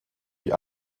die